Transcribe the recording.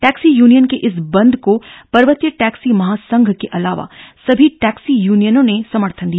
taxi union के इस बंद को पर्वतीय टैक्सी महासंघ के अलावा सभी टैक्सी यूनियनों ने समर्थन दिया